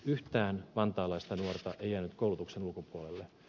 yhtään vantaalaista nuorta ei jäänyt koulutuksen ulkopuolelle